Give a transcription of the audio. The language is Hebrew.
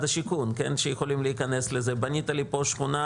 השיכון שיכולים להיכנס לזה בנית לי פה שכונה,